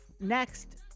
next